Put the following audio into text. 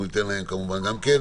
אנחנו ניתן להם כמובן גם כן.